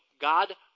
God